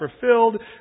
fulfilled